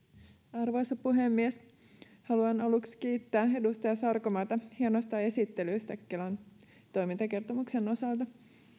arvoisa puhemies haluan aluksi kiittää edustaja sarkomaata hienosta esittelystä kelan toimintakertomuksen osalta